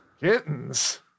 Kittens